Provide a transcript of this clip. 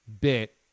bit